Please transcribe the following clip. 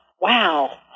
wow